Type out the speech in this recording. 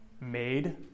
made